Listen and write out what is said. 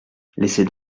laissez